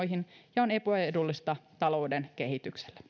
ja on epäedullista talouden